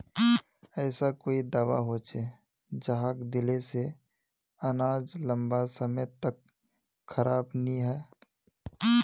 ऐसा कोई दाबा होचे जहाक दिले से अनाज लंबा समय तक खराब नी है?